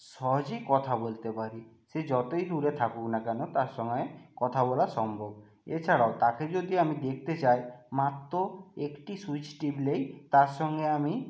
সহজেই কথা বলতে পারি সে যতই দূরে থাকুক না কেন তার সঙ্গে কথা বলা সম্ভব এ ছাড়াও তাকে যদি আমি দেখতে চাই মাত্র একটি সুইচ টিপলেই তার সঙ্গে আমি